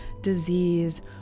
disease